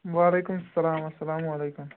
وعلیکُم سلام اسلام علیکُم